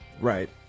right